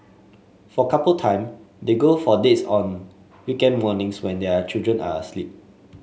for couple time they go for dates on weekend mornings when their children are asleep